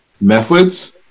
methods